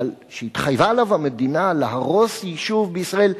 שהתחייבה לו המדינה להרוס יישוב בישראל,